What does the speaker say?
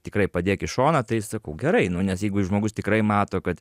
tikrai padėk į šoną tai sakau gerai nu nes jeigu i žmogus tikrai mato kad